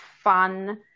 fun